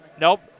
Nope